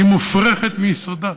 היא מופרכת מיסודה.